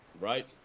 Right